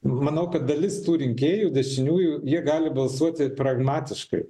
manau kad dalis tų rinkėjų dešiniųjų jie gali balsuoti pragmatiškai